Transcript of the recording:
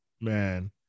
Man